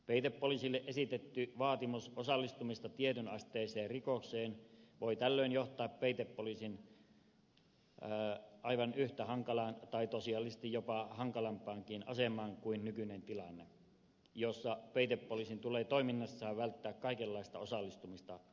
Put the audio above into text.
peitepoliisille esitetty vaatimus osallistumisesta tietyn asteiseen rikokseen voi tällöin johtaa peitepoliisin aivan yhtä hankalaan tai tosiasiallisesti jopa hankalampaankin asemaan kuin nykyinen tilanne jossa peitepoliisin tulee toiminnassaan välttää kaikenlaista osallistumista rikolliseen toimintaan